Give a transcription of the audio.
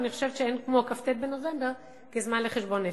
ואני חושבת שאין כמו כ"ט בנובמבר כזמן לחשבון נפש.